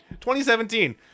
2017